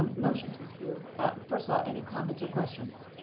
um motion to approve? first of all, any comments or questions?